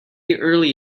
early